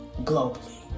globally